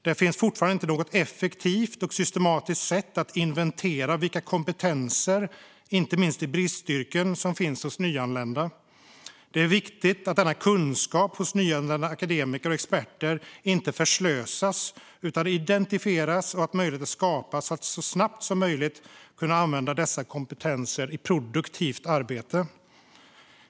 Det finns fortfarande inte något effektivt och systematiskt sätt att inventera vilka kompetenser, inte minst i bristyrken, som finns hos nyanlända. Det är viktigt att denna kunskap hos nyanlända akademiker och experter inte förslösas utan identifieras och att möjligheter skapas att så snabbt som möjligt kunna använda dessa kompetenser i produktivt arbete.